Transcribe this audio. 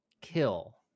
kill